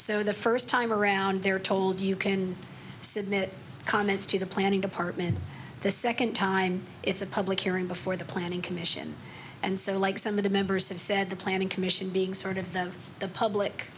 so the first time around they're told you can submit comments to the planning department the second time it's a public hearing before the planning commission and so like some of the members of said the planning commission being sort of them the public